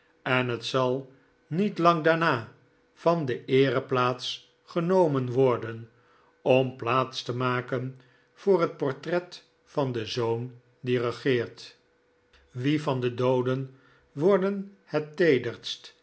en het zal niet lang daarna van de eereplaats genomen worden om plaats te maken voor het portret van den zoon die regeert wie van de dooden worden het